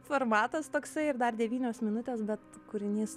formatas toksai ir dar devynios minutės bet kūrinys